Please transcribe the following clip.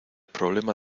problema